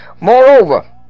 Moreover